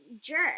jerk